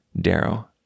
Darrow